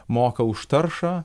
moka už taršą